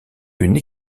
une